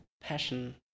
passion